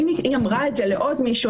שאם היא אמרה את זה לעוד מישהו,